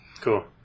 cool